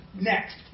next